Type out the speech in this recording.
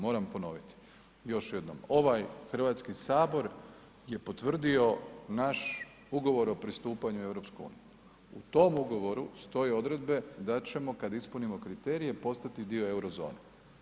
Moram ponovit još jednom, ovaj Hrvatski sabor je potvrdio naš ugovor o pristupanju EU, u tom ugovoru stoje odredbe da ćemo kad ispunimo kriterije postati dio euro zone.